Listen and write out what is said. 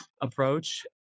approach